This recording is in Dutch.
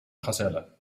gazelle